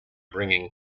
bringing